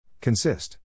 Consist